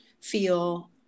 feel